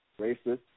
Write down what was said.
racist